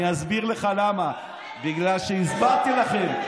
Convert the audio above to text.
אני אסביר לך למה, בגלל שהסברתי לכם,